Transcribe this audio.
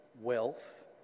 wealth